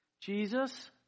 Jesus